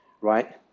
right